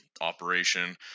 operation